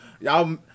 Y'all